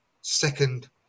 second